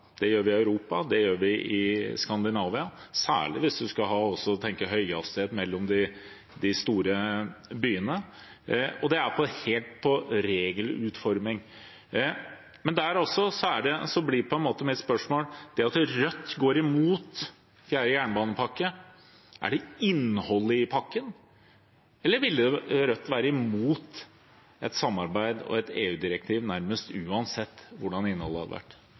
det gjør vi i Europa, det gjør vi i Skandinavia – særlig hvis man skal tenke høyhastighet mellom de store byene, og det går helt på regelutforming. Da blir mitt spørsmål: Når Rødt går imot jernbanepakke IV, er det på grunn av innholdet i pakken, eller ville Rødt vært imot et samarbeid og et EU-direktiv nærmest uansett hvordan innholdet hadde vært?